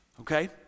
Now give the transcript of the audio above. okay